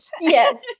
Yes